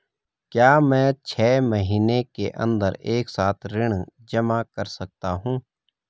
क्या मैं छः महीने के अन्दर एक साथ ऋण जमा कर सकता हूँ?